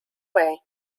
way